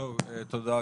תודה,